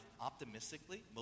optimistically